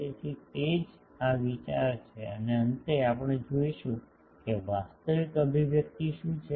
તેથી તે જ આ વિચાર છે અને અંતે આપણે જોશું કે વાસ્તવિક અભિવ્યક્તિ શું છે